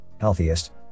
healthiest